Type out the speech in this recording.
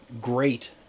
Great